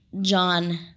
John